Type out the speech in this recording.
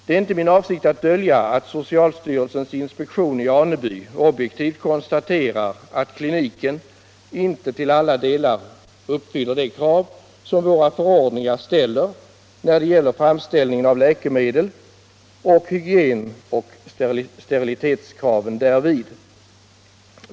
Det är inte min avsikt att dölja att socialstyrelsens inspektion i Aneby objektivt konstaterar att kliniken inte till alla delar uppfyller de krav som våra förordningar ställer när det gäller framställningen av läkemedel och hygienoch steriliseringskraven därvid.